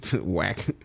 Whack